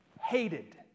Hated